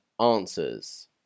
answers